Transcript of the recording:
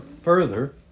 further